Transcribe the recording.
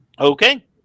okay